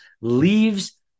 leaves